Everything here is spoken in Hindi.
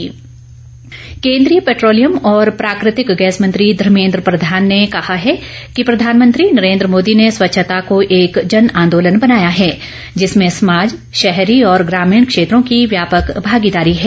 प्रधान स्वच्छता केन्द्रीय पेट्रोलियम और प्राकृतिक गैस मंत्री धर्मेंद्र प्रधान ने कहा है कि प्रधानमंत्री नरेंद्र मोदी ने स्वच्छता को एक जन आंदोलन बनाया है जिसमें समाज शहरी और ग्रामीण क्षेत्रों की व्यापक भागीदारी है